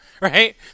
right